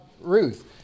Ruth